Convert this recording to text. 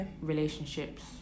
relationships